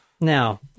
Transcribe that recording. Now